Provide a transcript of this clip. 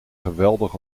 geweldig